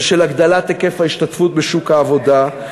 ושל הגדלת היקף ההשתתפות בשוק העבודה,